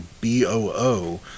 BOO